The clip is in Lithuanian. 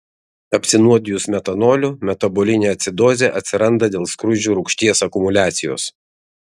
apsinuodijus metanoliu metabolinė acidozė atsiranda dėl skruzdžių rūgšties akumuliacijos